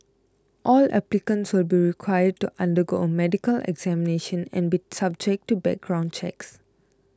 all applicants will be required to undergo a medical examination and be subject to background checks